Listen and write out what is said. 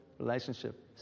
relationship